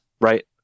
right